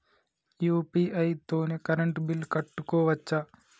UPI తోని current bill కట్టుకోవచ్ఛా?